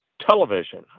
Television